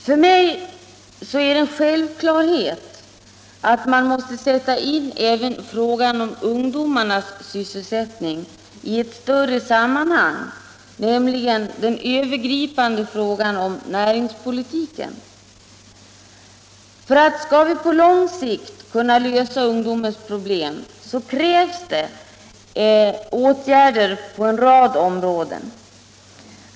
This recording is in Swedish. För mig är det en självklarhet att man måste sätta in även frågan om ungdomarnas sysselsättning i ett större sammanhang, nämligen den övergripande frågan om näringspolitiken. Skall vi på lång sikt kunna lösa ungdomens problem kräver det åtgärder på en rad områden.